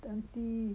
auntie